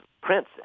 Prince